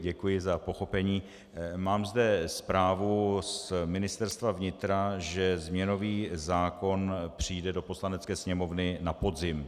Děkuji za pochopení, mám zde zprávu z Ministerstva vnitra, že změnový zákon přijde do Poslanecké sněmovny na podzim.